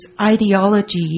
ideology